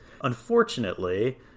unfortunately